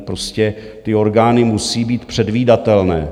Prostě ty orgány musí být předvídatelné.